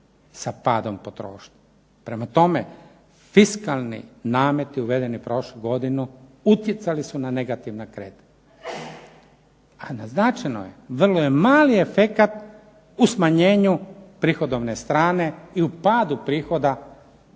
sa padom potrošnje. Prema tome, fiskalni nameti uvedeni prošlu godinu utjecali su na negativna kretanja, a naznačeno je, vrlo je mali efekat u smanjenju prihodovne strane i u padu prihoda